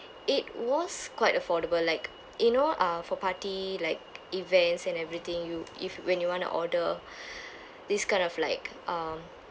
it was quite affordable like you know uh for party like events and everything you if when you want to order this kind of like um